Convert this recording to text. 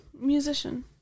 Musician